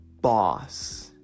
boss